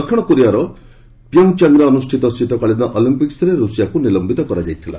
ଦକ୍ଷିଣ କୋରିଆର ପିୟୋଙ୍ଗଚାଙ୍ଗରେ ଅନୁଷ୍ଠିତ ଶୀତକାଳୀ ଅଲିମ୍ପିକ୍୍ୱରେ ରୁଷିଆକୁ ନିଲମ୍ପିତ କରାଯାଇଥିଲା